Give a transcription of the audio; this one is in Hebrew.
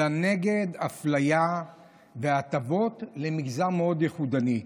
אלא נגד אפליה והטבות למגזר מאוד יחידני.